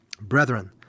Brethren